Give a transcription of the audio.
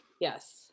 Yes